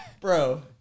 Bro